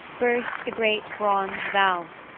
burst the great bronze valves,